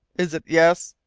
is it yes?